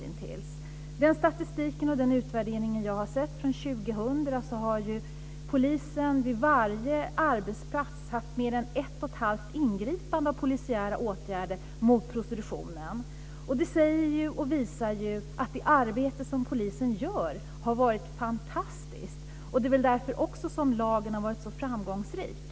Enligt den statistiska utvärdering av år 2000 som jag har sett har polisen under varje arbetspass gjort mer än ett och ett halvt ingripande mot prostitutionen. Det visar att polisen har gjort ett fantastiskt arbete. Det är väl också därför som lagen har varit så framgångsrik.